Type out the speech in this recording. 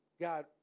God